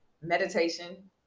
meditation